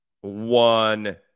one